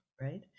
right